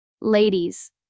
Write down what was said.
Ladies